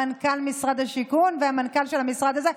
מנכ"ל משרד השיכון והמנכ"ל של המשרד הזה.